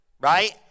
right